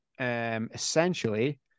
essentially